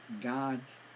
God's